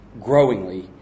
growingly